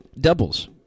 Doubles